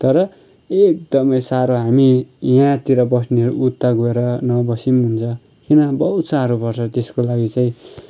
तर एकदमै साह्रो हामी यहाँतिर बस्नेहरू उता गएर नबसे पनि हुन्छ किन बहुत साह्रो पर्छ त्यसको लागि चाहिँ